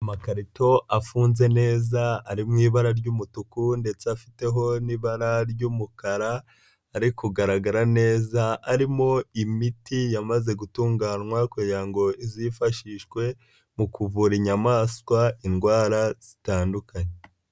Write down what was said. Amakarito afunze neza ari mu ibara ry'umutuku ndetse afiteho n'ibara ry'umukara, ari kugaragara neza, arimo imiti yamaze gutunganywa kugira ngo izifashishwe mu kuvura inyamaswa indwara zitandukanye.